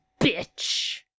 bitch